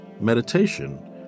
meditation